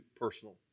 personal